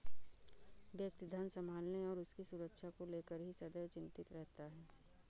व्यक्ति धन संभालने और उसकी सुरक्षा को लेकर ही सदैव चिंतित रहता है